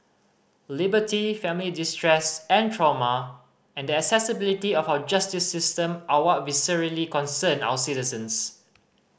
liberty family distress and trauma and the accessibility of our justice system are what viscerally concern our citizens